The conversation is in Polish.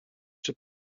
czy